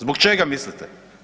Zbog čega mislite?